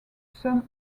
some